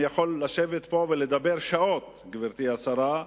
אני יכול לשבת פה ולדבר שעות, גברתי השרה,